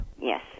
Yes